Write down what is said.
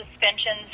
suspensions